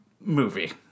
movie